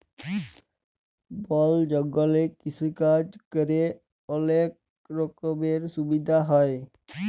বল জঙ্গলে কৃষিকাজ ক্যরে অলক রকমের সুবিধা হ্যয়